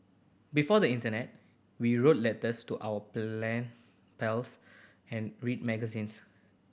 before the internet we wrote letters to our plan pals and read magazines